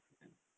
bukan